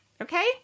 okay